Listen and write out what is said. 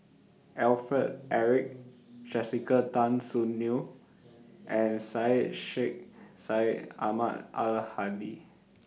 Alfred Eric Jessica Tan Soon Neo and Syed Sheikh Syed Ahmad Al Hadi